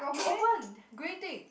you opened grey tick